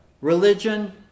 religion